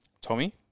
Tommy